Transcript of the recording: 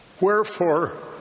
Wherefore